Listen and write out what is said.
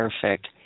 perfect